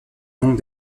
noms